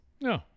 no